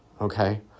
Okay